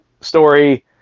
story